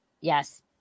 Yes